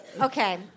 Okay